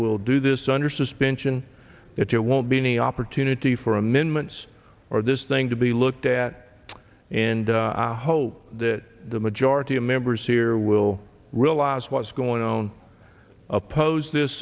will do this under suspension it won't be any opportunity for amendments or this thing to be looked at and i hope that the majority of members here will realize what's going on oppose this